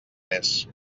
més